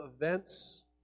events